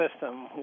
System